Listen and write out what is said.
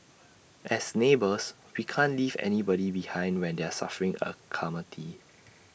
as neighbours we can't leave anybody behind when they're suffering A calamity